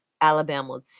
Alabama